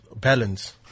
balance